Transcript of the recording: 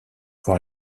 pour